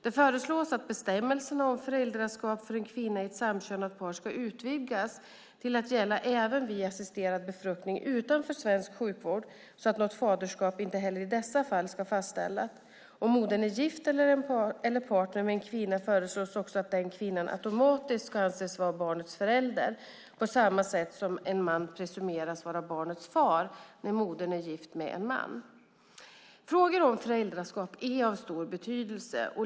Det föreslås att bestämmelserna om föräldraskap för en kvinna i ett samkönat par ska utvidgas till att gälla även vid assisterad befruktning utanför svensk sjukvård så att något faderskap inte heller i dessa fall ska fastställas. Om modern är gift eller partner med en kvinna föreslås också att den kvinnan automatiskt ska anses vara barnets förälder, på samma sätt som en man presumeras vara barnets far när modern är gift med en man. Frågor om föräldraskap är av stor betydelse.